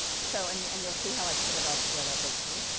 so and yeah and you'll see how i put it all together hopefully.